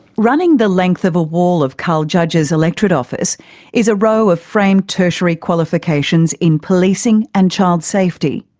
running the length of a wall of carl judge's electorate office is a row of framed tertiary qualifications in policing and child safety.